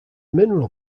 mineral